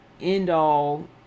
end-all